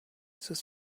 sus